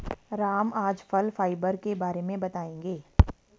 राम आज फल फाइबर के बारे में बताएँगे